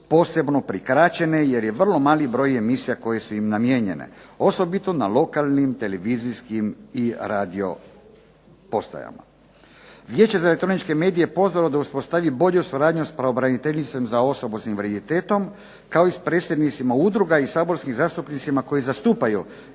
posebno prikraćene jer je vrlo mali broj emisija koje su im namijenjene osobito na lokalnim televizijskim i radijskim postajama. Vijeće za elektroničke medije pozvalo je da uspostavi bolju suradnju sa pravobraniteljicom za osobe s invaliditetom, kao i s predsjednicima udruga i saborskim zastupnicima koji zastupaju